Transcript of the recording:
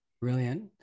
Brilliant